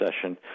session